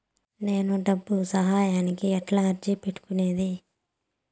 నేను డబ్బు సహాయానికి ఎట్లా అర్జీ పెట్టుకునేది?